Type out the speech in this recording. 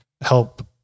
help